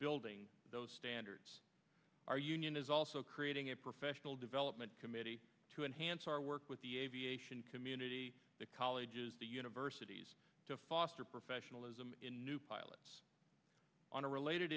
building those standards our union is also creating a professional development committee to enhance our work with the aviation community the colleges the universities to foster professionalism in new pilots on a related